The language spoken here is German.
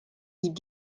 wie